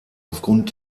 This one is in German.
aufgrund